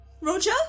Roger